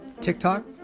TikTok